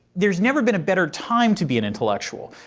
there's never been a better time to be an intellectual.